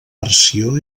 versió